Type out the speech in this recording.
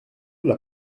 l’a